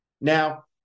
Now